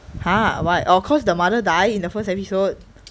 !huh! what of course the mother die in the first episode